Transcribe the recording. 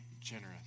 generous